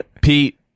Pete